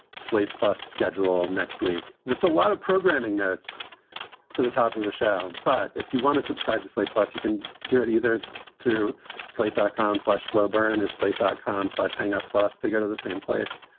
slate plus schedule next week. that's a lot of programming notes for the top of the show. but if you want to subscribe to slate plus, you can do it either through slate, dot com slash, slow burn or slate dot com slash hang out. plus they go to the same place.